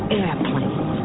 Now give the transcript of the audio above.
airplanes